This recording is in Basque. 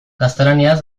gaztelaniaz